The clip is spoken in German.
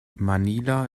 manila